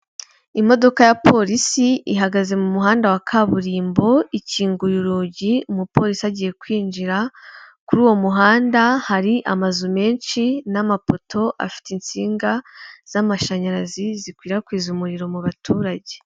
Imodoka ya polisi ihagaze mu muhanda wa kaburimbo ikinguye urugi umupolisi agiye kwinjira, kuri uwo muhanda hari amazu menshi n'amapoto afite insinga z'amashanyarazi zikwirakwiza umuriro mu baturage.